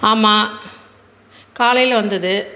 ஆமாம் காலையில் வந்தது